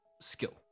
skill